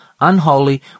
unholy